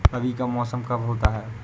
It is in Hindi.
रबी का मौसम कब होता हैं?